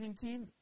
team